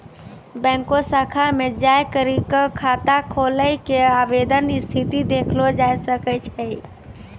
बैंको शाखा मे जाय करी क खाता खोलै के आवेदन स्थिति देखलो जाय सकै छै